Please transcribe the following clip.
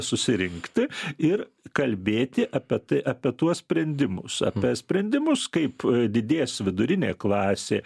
susirinkti ir kalbėti apie tai apie tuos sprendimus apie sprendimus kaip didės vidurinė klasė